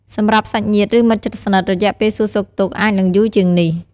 សម្រាប់សាច់ញាតិ ឬ មិត្តជិតស្និទ្ធ រយៈពេលសួរសុខទុក្ខអាចនឹងយូរជាងនេះ។